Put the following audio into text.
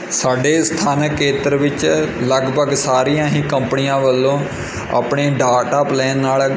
ਸਾਡੇ ਸਥਾਨਕ ਖੇਤਰ ਵਿੱਚ ਲਗਭਗ ਸਾਰੀਆਂ ਹੀ ਕੰਪਨੀਆਂ ਵੱਲੋਂ ਆਪਣੇ ਡਾਟਾ ਪਲੈਨ ਨਾਲ